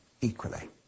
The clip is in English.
equally